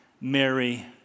Mary